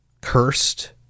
cursed